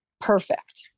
perfect